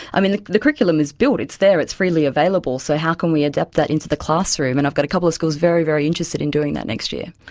um the the curriculum is built, it's there, it's freely available, so how can we adapt that into the classroom, and i've got a couple of schools very, very interested in doing that next year.